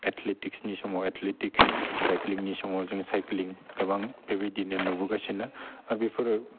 एथलेटिक्सनि समाव एथलेटिक्स साइक्लिंनि समाव जों साइक्लिं गोबां बेबायदिनो नुबोगासिनो आरो बेफोरो